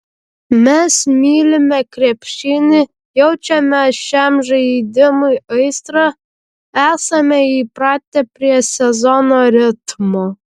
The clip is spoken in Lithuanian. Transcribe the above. mes mylime krepšinį jaučiame šiam žaidimui aistrą esame įpratę prie sezono ritmo